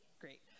Great